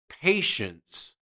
patience